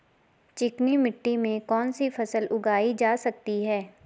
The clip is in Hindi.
चिकनी मिट्टी में कौन सी फसल उगाई जा सकती है?